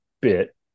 bit